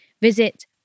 Visit